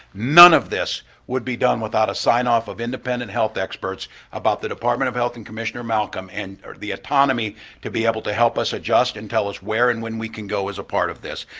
none of this would be done without a signoff of independent health experts about the department of health and commissioner malcolm and the autonomy to be able to help us adjust and tell us where and when we can go as a part of this.